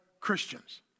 Christians